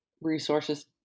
resources